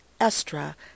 Estra